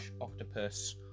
octopus